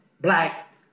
black